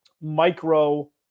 micro